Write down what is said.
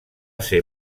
ser